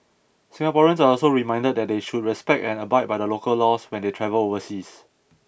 Singaporeans are also reminded that they should respect and abide by the local laws when they travel overseas